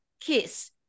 kiss